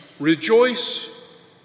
Rejoice